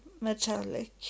metallic